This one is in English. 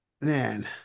Man